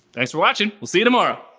thanks for watching, we'll see you tomorrow.